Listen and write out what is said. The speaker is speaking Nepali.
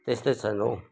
त्यस्तै छन् हौ